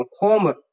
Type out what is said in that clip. home